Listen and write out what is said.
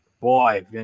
boy